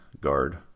guard